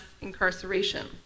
incarceration